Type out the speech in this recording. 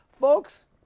Folks